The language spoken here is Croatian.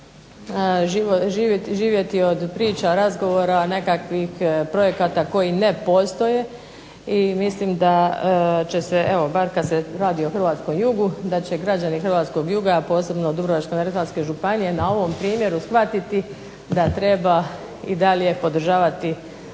živjeti od priča, razgovora nekakvih projekata koji ne postoje, i mislim da će se evo bar kad se radi o hrvatskom jugu, da će građani hrvatskog juga, a posebno Dubrovačko-neretvanske županije na ovom primjeru shvatiti da treba i dalje podržavati